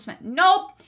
nope